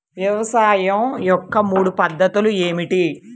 వ్యవసాయం యొక్క మూడు పద్ధతులు ఏమిటి?